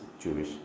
Jewish